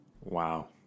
wow